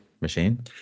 machine